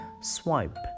swipe